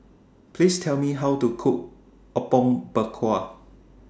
Please Tell Me How to Cook Apom Berkuah